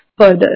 further